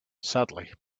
sadly